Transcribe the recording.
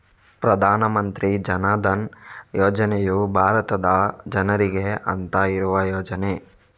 ಪ್ರಧಾನ ಮಂತ್ರಿ ಜನ್ ಧನ್ ಯೋಜನೆಯು ಭಾರತದ ಜನರಿಗೆ ಅಂತ ಇರುವ ಯೋಜನೆ